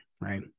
right